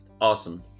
awesome